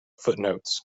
footnotes